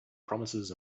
promises